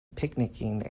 picnicking